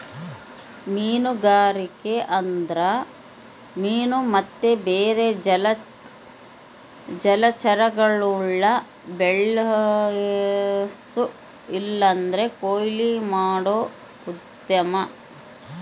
ಮೀನುಗಾರಿಕೆ ಅಂದ್ರ ಮೀನು ಮತ್ತೆ ಬೇರೆ ಜಲಚರಗುಳ್ನ ಬೆಳ್ಸೋ ಇಲ್ಲಂದ್ರ ಕೊಯ್ಲು ಮಾಡೋ ಉದ್ಯಮ